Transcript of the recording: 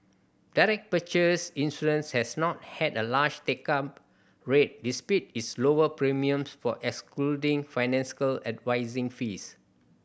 direct purchase insurance has not had a large take up rate despite its lower premiums from excluding financial advising fees